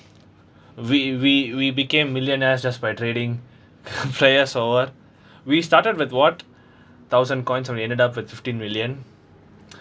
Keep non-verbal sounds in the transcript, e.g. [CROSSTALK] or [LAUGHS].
we we we became millionaires just by trading [LAUGHS] players or what we started with what thousand coins we ended up with fifteen million